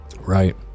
Right